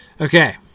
Okay